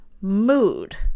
mood